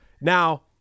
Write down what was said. Now